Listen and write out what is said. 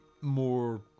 more